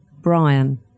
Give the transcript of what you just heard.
Brian